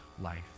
life